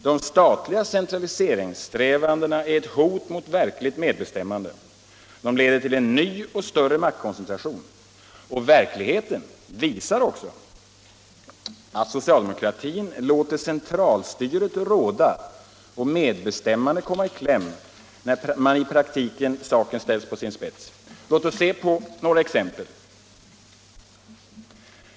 De statliga centraliseringssträvandena är ett hot mot verkligt medbestämmande. De leder till en ny och större maktkoncentration. Verkligheten visar också att socialdemokratin låter centralstyret råda och medbestämmandet komma i kläm när i praktiken saken ställs på sin spets. Låt oss se på några exempel!